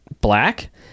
black